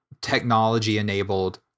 technology-enabled